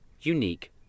unique